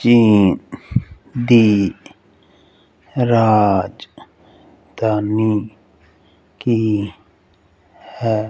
ਚੀਨ ਦੀ ਰਾਜਧਾਨੀ ਕੀ ਹੈ